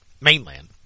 mainland